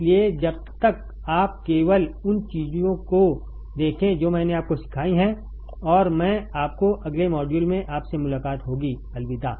इसलिए तब तक आप केवल उन चीजों को देखें जो मैंने आपको सिखाई हैं और मैं आपको अगले मॉड्यूल में आप से मुलाकात होगी अलविदा